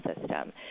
system